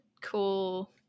cool